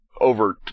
over